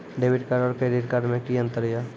Debit card और credit card मे कि अंतर या?